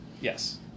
Yes